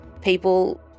People